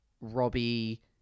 Robbie